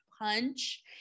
punch